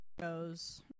goes